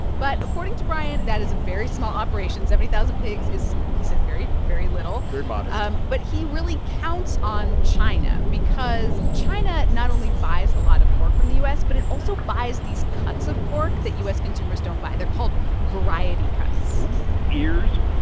but according to brian, that is a very small operation. seventy thousand pigs is, he said, very, very little very modest um but he really counts on china because china not only buys a lot of pork from the u s, but it also buys these cuts of pork that u s. consumers don't buy. they're called variety cuts ears,